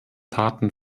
taten